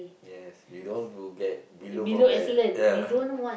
yes we don't want to get below from that ya